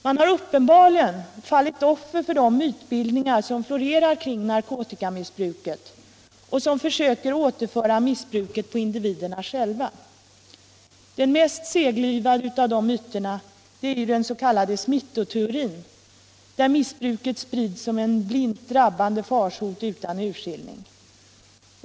Man har uppenbarligen fallit offer för de mytbildningar som florerar kring narkotikamissbruket och som försöker återföra missbruket på individerna själva. Den mest seglivade av dessa myter är ju den s.k. smittoteorin, enligt vilken missbruket sprids som en blint drabbande farsot utan urskillning.